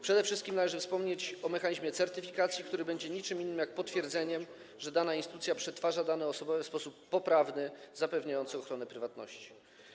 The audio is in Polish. Przede wszystkim należy wspomnieć o mechanizmie certyfikacji, który będzie stanowił potwierdzenie tego, że dana instytucja przetwarza dane osobowe w sposób poprawny, zapewniający ochronę prywatności.